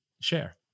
share